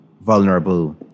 vulnerable